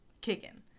kicking